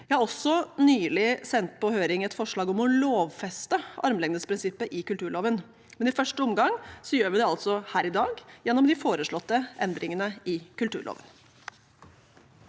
Jeg har nylig sendt på høring et forslag om å lovfeste armlengdesprinsippet i kulturloven. Men i første omgang gjør vi det altså her i dag, gjennom de foreslåtte endringene i kulturloven.